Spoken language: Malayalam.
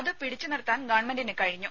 അതു പിടിച്ചു നിർത്താൻ ഗവൺമെന്റിന് കഴിഞ്ഞു